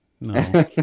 No